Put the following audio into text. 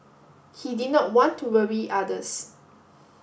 he did not want to worry others